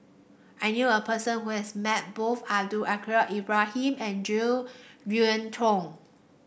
I knew a person who has met both Abdul Kadir Ibrahim and Jo Yeun Thong